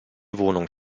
wohnung